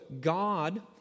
God